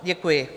Děkuji.